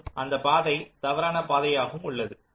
மற்றும் அந்த பாதை தவறான பாதையாகவும் உள்ளது